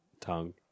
tongue